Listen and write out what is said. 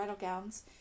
gowns